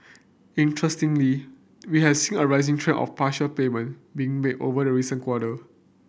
interestingly we have seen a rising trend of partial payment being made over the recent quarter